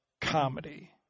comedy